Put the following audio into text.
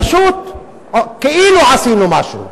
פשוט, כאילו עשינו משהו.